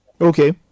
Okay